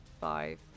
five